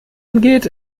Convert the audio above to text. angeht